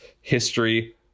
history